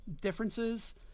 differences